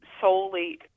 solely